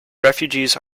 refugees